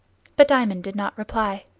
but diamond did not reply.